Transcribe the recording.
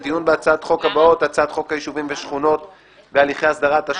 חוק ומשפט להקדמת הדיון בהצעת חוק המאבק בטרור (תיקון מס'